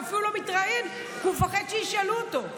הוא לא מתראיין כי הוא מפחד שישאלו אותו,